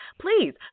Please